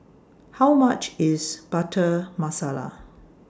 How much IS Butter Masala